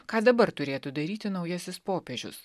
ką dabar turėtų daryti naujasis popiežius